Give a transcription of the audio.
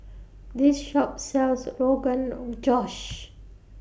This Shop sells Rogan Josh